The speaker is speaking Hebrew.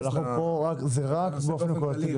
אבל החוק כאן זה רק באופן פרטני,